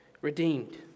redeemed